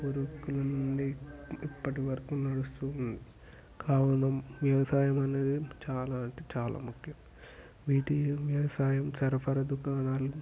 పూర్వీకుల నుండి ఇప్పటివరకు నడుస్తూ ఉంద్ కావున వ్యవసాయం అనేది చాలా అంటే చాలా ముఖ్యం వీటి వ్యవసాయం సరఫరా దుకాణాలు